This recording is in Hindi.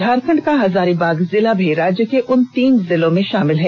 झारखंड का हजारीबाग जिला भी राज्य के उन तीन जिलों में शामिल है